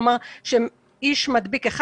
כלומר: איש אחד,